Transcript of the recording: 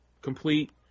complete